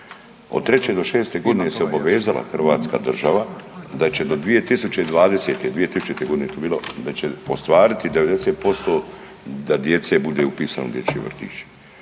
Od treće do šeste godine se obavezala Hrvatska država da će do 2020., 2000. godine je to bilo da će ostvariti 90% da djece bude upisano u dječji vrtić.